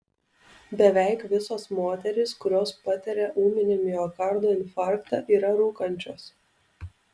beveik visos moterys kurios patiria ūminį miokardo infarktą yra rūkančios